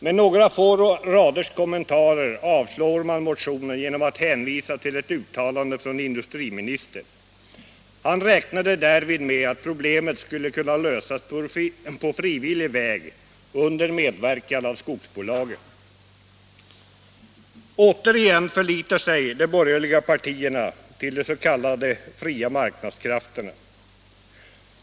Med några få raders kommentarer avstyrker man motionen genom att hänvisa till ett uttalande av industriministern. Han räknade i detta med att problemet skulle kunna lösas på frivillig väg under medverkan av skogsbolagen. Återigen förlitar sig de borgerliga partierna på de s.k. fria marknadskrafterna.